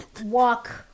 walk